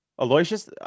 aloysius